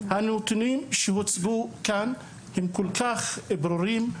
הנתונים שהוצגו כאן הם כל כך חדים וכל כך ברורים,